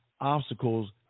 obstacles